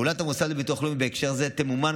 פעולת המוסד לביטוח לאומי בהקשר זה תמומן